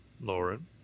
Lauren